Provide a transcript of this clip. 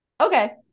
Okay